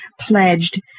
pledged